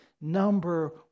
number